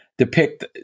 Depict